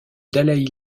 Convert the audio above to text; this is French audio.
dalaï